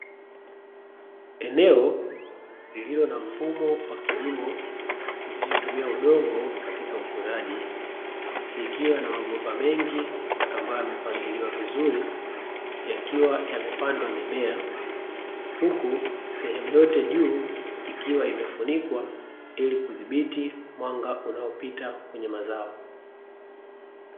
Eneo lililo na mfumo wa kilimo kisichotumia udongo katika ukuzaji likiwa na mabomba mengi ambayo yamepangiliwa vizuri yakiwa yamepandwa mimea, huku sehemu yote juu ikiwa imefunikwa ili kuthibiti mwanga unaopita kwenye mazao.